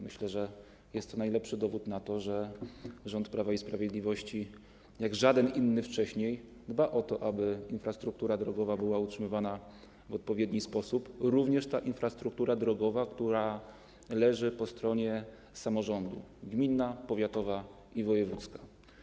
Myślę, że jest to najlepszy dowód na to, że rząd Prawa i Sprawiedliwości, jak żaden inny wcześniej, dba o to, żeby infrastruktura drogowa była utrzymywana w odpowiedni sposób, również ta infrastruktura drogowa, która leży po stronie samorządu, gminna, powiatowa i wojewódzka.